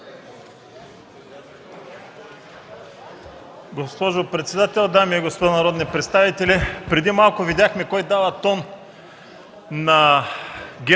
Госпожо председател, дами и господа народни представители! Преди малко видяхме кой дава тон на ГЕРБ